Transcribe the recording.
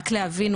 רק להבין,